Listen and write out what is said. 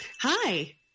Hi